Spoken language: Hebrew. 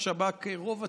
רוב הציבור,